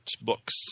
books